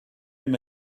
him